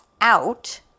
out